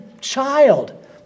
child